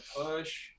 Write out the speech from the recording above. push